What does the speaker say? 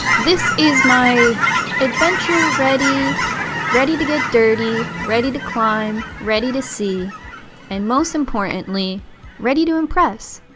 this is my adventure ready ready to get dirty ready to climb ready to see and most importantly ready to impress.